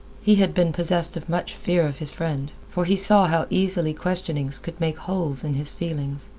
he had been possessed of much fear of his friend, for he saw how easily questionings could make holes in his feelings.